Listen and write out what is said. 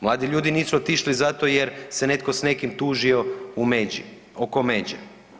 Mladi ljudi nisu otišli zato jer se netko s nekim tužio u međi, oko međe.